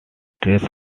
stress